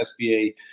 SBA